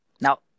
Now